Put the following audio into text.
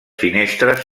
finestres